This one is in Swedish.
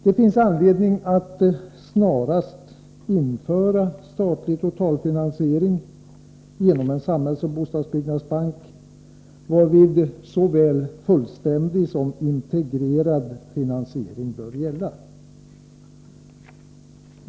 Det finns anledning att snarast införa statlig totalfinansiering genom en samhällsoch bostadsbyggnadsbank, varvid såväl fullständig som integrerad finansiering bör gälla.